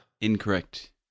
Incorrect